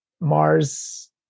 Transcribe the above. Mars